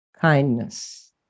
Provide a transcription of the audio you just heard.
kindness